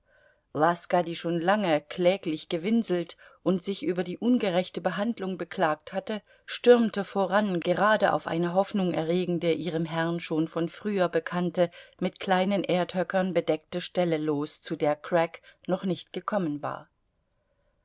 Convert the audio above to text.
laska die schon lange kläglich gewinselt und sich über die ungerechte behandlung beklagt hatte stürmte voran gerade auf eine hoffnungerregende ihrem herrn schon von früher bekannte mit kleinen erdhöckern bedeckte stelle los zu der crack noch nicht gekommen war